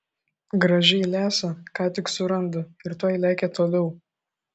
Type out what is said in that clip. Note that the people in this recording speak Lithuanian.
gražiai lesa ką tik suranda ir tuoj lekia toliau